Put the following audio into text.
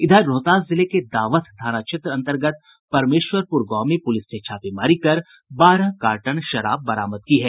इधर रोहतास जिले के दावथ थाना क्षेत्र अंतर्गत परमेश्वरपुर गांव में पुलिस ने छापेमारी कर बारह कार्टन शराब बरामद की है